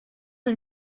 and